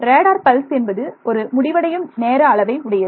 radar pulse என்பது ஒரு முடிவடையும் நேர அளவை உடையது